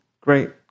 great